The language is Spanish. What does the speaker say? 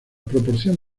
proporción